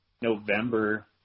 November